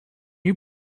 you